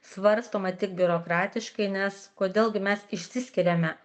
svarstoma tik biurokratiškai nes kodėl gi mes išsiskiriame